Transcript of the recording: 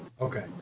Okay